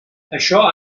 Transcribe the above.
això